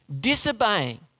disobeying